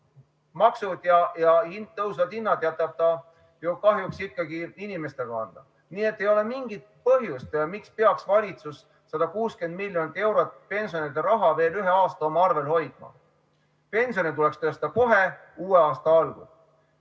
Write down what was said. maksud ja tõusvad hinnad jätab ta ju kahjuks ikkagi inimeste kanda. Nii et ei ole mingit põhjust, miks peaks valitsus 160 miljonit eurot pensionäride raha veel ühe aasta oma arvel hoidma. Pensione tuleks tõsta kohe uue aasta algul. Kui